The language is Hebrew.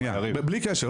בלי קשר,